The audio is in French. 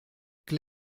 très